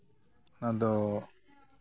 ᱚᱱᱟ ᱫᱚ